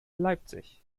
leipzig